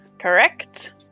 Correct